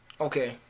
Okay